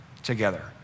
together